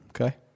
Okay